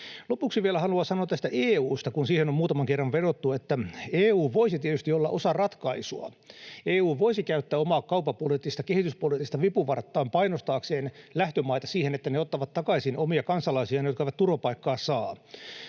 Lopuksi vielä haluan sanoa tästä EU:sta, kun siihen on muutaman kerran vedottu, että EU voisi tietysti olla osa ratkaisua. EU voisi käyttää omaa kauppapoliittista ja kehityspoliittista vipuvarttaan painostaakseen lähtömaita siihen, että ne ottavat takaisin omia kansalaisiaan, jotka eivät turvapaikkaa saa,